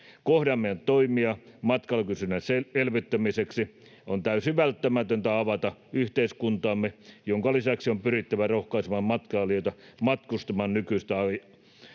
Kohdennamme toimia matkailukysynnän elvyttämiseksi. On täysin välttämätöntä avata yhteiskuntaamme, minkä lisäksi on pyrittävä rohkaisemaan matkailijoita matkustamaan nykyistä aktiivisemmin.